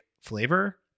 flavor